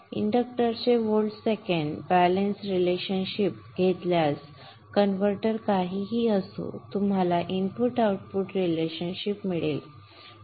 इंडक्टरचे volt second balance relationship घेतल्यास converter काहीही असो तुम्हाला इनपुट आउटपुट रिलेशनशिप मिळेल